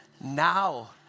Now